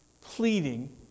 pleading